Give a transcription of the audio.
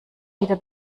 wieder